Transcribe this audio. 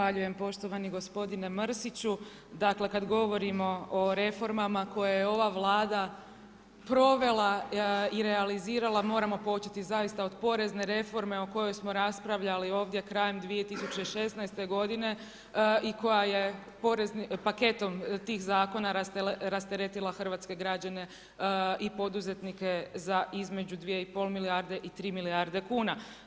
Zahvaljujem poštovani gospodine Mrsiću, dakle, kada govorimo o reformama, koju je ova Vlada provela i realizirala moramo početi zaista od porezne reforme oko koje smo raspravljali ovdje krajem 2016. g. i koja je paketom tih zakona rasteretila hrvatske građane i poduzetnike za između 2,5 milijarde i 3 milijarde kuna.